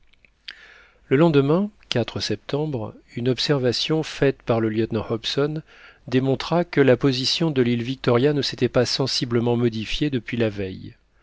le lendemain septembre une observation faite par le lieutenant hobson démontra que la position de l'île victoria ne s'était pas sensiblement modifiée depuis la veille